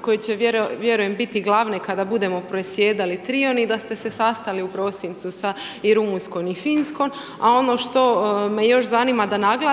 koje će vjerujem biti glavne kada budemo predsjedali .../Govornik se ne razumije./... i da ste se sastali u prosincu sa i Rumunjskom i Finskom, a ono što me još zanima da naglasite